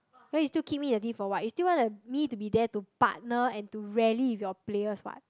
then you still keep me in your team for what you still want to me to be there to partner and to rally with your players what